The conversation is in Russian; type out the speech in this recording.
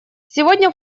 сегодня